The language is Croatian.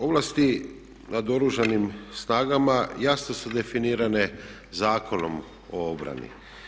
Ovlasti nad Oružanim snagama jasno su definirane Zakonom o obrani.